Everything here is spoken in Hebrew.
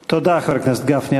תודה, חבר הכנסת גפני.